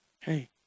hey